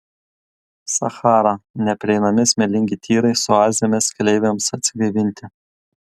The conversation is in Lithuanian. sachara nepereinami smėlingi tyrai su oazėmis keleiviams atsigaivinti